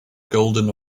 golden